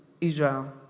Israel